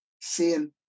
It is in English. seeing